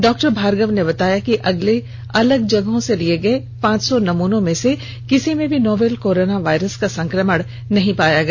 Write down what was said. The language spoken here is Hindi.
डॉक्टर भार्गव ने बताया कि अलग जगहों से लिये गये पांच सौ नमूनों में से किसी में भी नोवल कोरोना वायरस का संक्रमण नहीं पाया गया